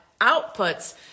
outputs